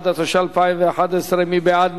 71), התשע"א 2011. מי בעד?